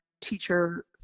teacher